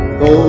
go